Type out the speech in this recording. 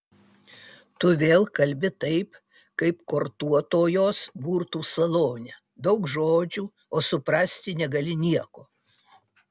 tu vėl kalbi taip kaip kortuotojos burtų salone daug žodžių o suprasti negali nieko